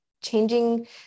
Changing